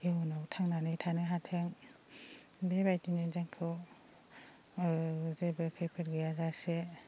इयुनाव थांनानै थानो हाथों बेबायदिनो जोंखौ जेबो खैफोद गैयाजासे